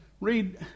read